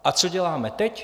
A co děláme teď?